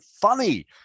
funny